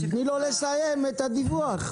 תני לו לסיים את הדיווח.